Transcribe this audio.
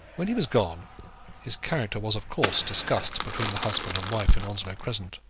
when he was gone his character was of course discussed between the husband and wife in onslow crescent.